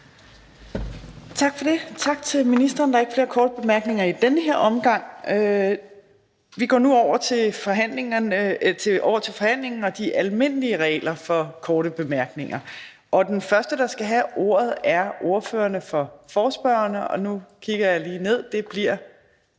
Torp): Tak til ministeren. Der er ikke flere korte bemærkninger i den her omgang. Vi går nu over til forhandlingen og de almindelige regler for korte bemærkninger. Og den første, der skal have ordet, er ordføreren for forespørgerne, hr. Morten Messerschmidt.